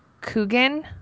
Coogan